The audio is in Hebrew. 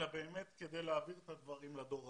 אלא באמת כדי להעביר את הדברים לדור הבא.